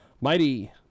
Mighty